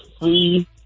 free